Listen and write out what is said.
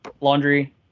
laundry